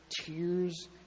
tears